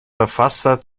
verfasser